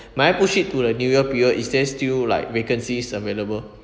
may I push it to the new year period is there still like vacancies available